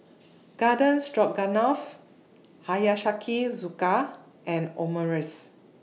Garden Stroganoff Hiyashi Chuka and Omurice